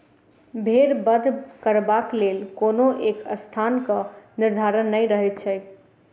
भेंड़ बध करबाक लेल कोनो एक स्थानक निर्धारण नै रहैत छै